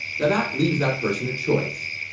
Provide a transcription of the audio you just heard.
now, that leaves that person a choice.